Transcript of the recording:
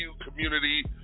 community